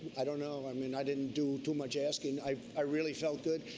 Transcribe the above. i don't know. i mean i didn't do too much asking. i i really felt good.